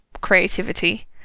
creativity